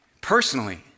personally